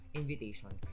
invitation